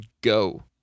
Go